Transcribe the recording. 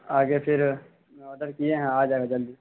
آگے پھر آرڈر کیے ہیں آ جائے گا جلدی